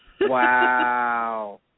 Wow